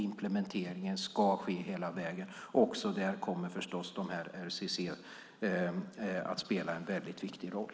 Implementeringen ska ske hela vägen. Också där kommer dessa RCC att spela en viktig roll.